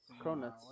Cronuts